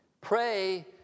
Pray